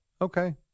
Okay